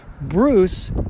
Bruce